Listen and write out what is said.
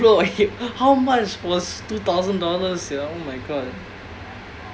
how much was two thousand dollars sia oh my god